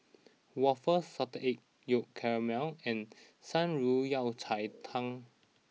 Waffle Salted Egg Yolk Calamari and Shan Rui Yao Cai Tang